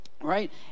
Right